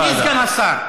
אדוני סגן השר,